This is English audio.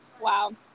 Wow